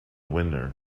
winner